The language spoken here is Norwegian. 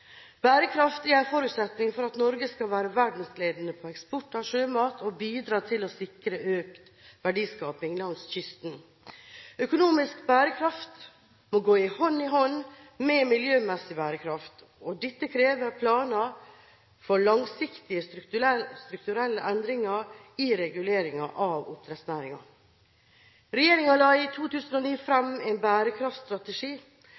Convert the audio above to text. er en forutsetning for at Norge skal være verdensledende på eksport av sjømat og bidra til å sikre økt verdiskaping langs kysten. Økonomisk bærekraft må gå hånd i hånd med miljømessig bærekraft, og dette krever planer for langsiktige, strukturelle endringer i reguleringen av oppdrettsnæringen. Regjeringen la i 2009